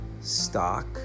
stock